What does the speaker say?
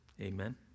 Amen